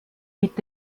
mit